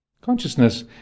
Consciousness